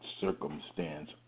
circumstance